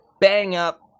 bang-up